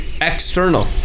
external